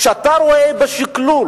כשאתה רואה בשקלול